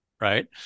Right